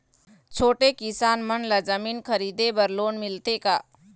छोटे किसान मन ला जमीन खरीदे बर लोन मिलथे का?